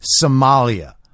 Somalia